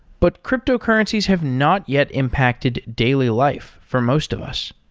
but cryptocurrencies have not yet impacted daily life for most of us.